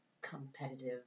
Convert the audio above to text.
competitive